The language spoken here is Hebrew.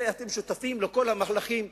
הרי אתם שותפים לכל המהלכים,